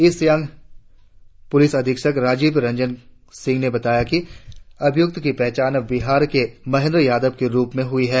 east Siang police अधीक्षक राजीव रंजन सिंह ने बताया कि अभियुक्त की पहचान बिहार के महेंद्र यादव के रुप में हुई है